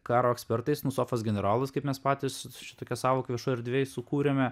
karo ekspertais nu sofos generolus kaip mes patys tokią sąvoką viešoj erdvėj sukūrėme